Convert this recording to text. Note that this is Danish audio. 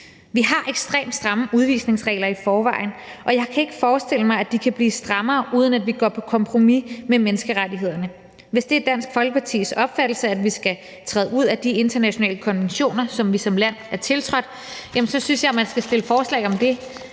Vi har ekstremt stramme udvisningsregler i forvejen, og jeg kan ikke forestille mig, at de kan blive strammere, uden at vi går på kompromis med menneskerettighederne. Hvis det er Dansk Folkepartis opfattelse, at vi skal træde ud af de internationale konventioner, som vi som land er tiltrådt, jamen så synes jeg, at man skal fremsætte forslag om det